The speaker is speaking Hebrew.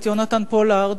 את יונתן פולארד,